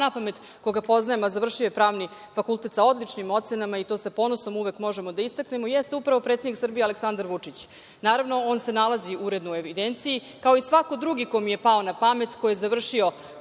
na pamet, koga poznajem, a završio je Pravni fakultet sa odličnim ocenama i to sa ponosom uvek možemo da istaknemo, jeste upravo predsednik Srbije Aleksandra Vučić. Naravno, on se nalazi uredno u evidenciji, kao i svako drugi ko mi je pao na pamet, ko je završio